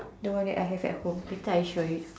the one that I have at home later I show it